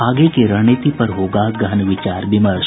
आगे की रणनीति पर होगा गहन विचार विमर्श